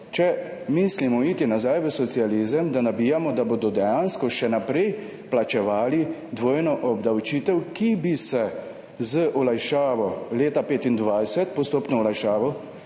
če mislimo iti nazaj v socializem, da nabijamo, da bodo dejansko še naprej plačevali dvojno obdavčitev, ki bi se z olajšavo leta 2025, postopno olajšavo,